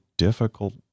difficult